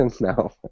No